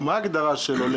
מה ההגדרה של עולה?